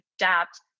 adapt